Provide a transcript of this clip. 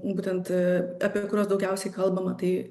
būtent apie kuriuos daugiausiai kalbama tai